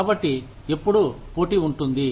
కాబట్టి ఎప్పుడూ పోటీ ఉంటుంది